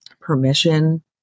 permission